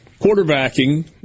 quarterbacking